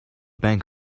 bank